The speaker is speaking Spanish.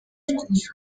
moluscos